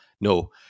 no